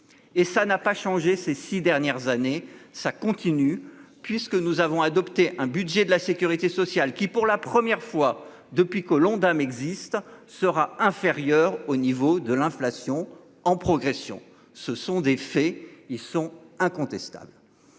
Et ça n'a pas changé ces 6 dernières années. Ça continue puisque nous avons adopté un budget de la Sécurité sociale qui pour la première fois depuis que l'Ondam existe sera inférieur au niveau de l'inflation en progression. Ce sont des faits, ils sont incontestables.